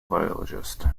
biologist